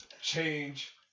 change